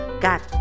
got